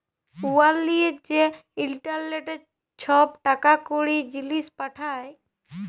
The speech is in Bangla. উয়ার লিয়ে যে ইলটারলেটে ছব টাকা কড়ি, জিলিস পাঠায়